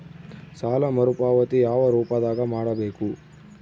ಸಾಲ ಮರುಪಾವತಿ ಯಾವ ರೂಪದಾಗ ಮಾಡಬೇಕು?